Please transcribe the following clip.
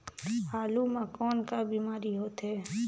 आलू म कौन का बीमारी होथे?